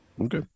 okay